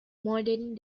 modern